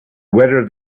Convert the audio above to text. whatever